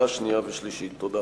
תודה.